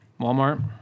Walmart